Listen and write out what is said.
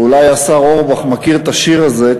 אולי השר אורבך מכיר את השיר הזה,